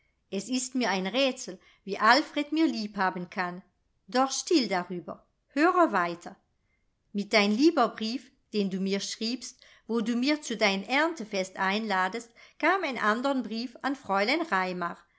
es ist mir ein rätsel wie alfred mir lieb haben kann doch still darüber höre weiter mit dein lieber brief den du mir schriebst wo du mir zu dein erntefest einladest kam ein andern brief an fräulein